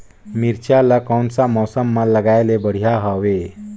मिरचा ला कोन सा मौसम मां लगाय ले बढ़िया हवे